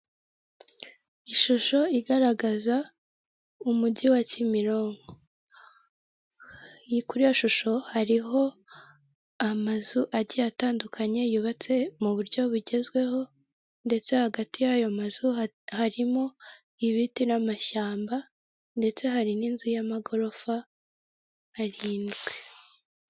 Ishusho igaragaza umujyi wa Kimironko, kuri iyo shusho hariho amazu agiye atandukanye, yubatse mu buryo bugezweho ndetse hagati y'ayo mazu harimo ibiti n'amashyamba ndetse hari n'inzu y'amagorofa arindwi.